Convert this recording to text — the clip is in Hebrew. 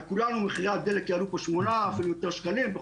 מחירי הדולר יעלו בכל העולם.